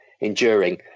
enduring